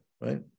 right